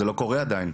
זה לא קורה עדיין.